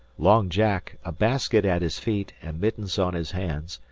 long jack, a basket at his feet and mittens on his hands,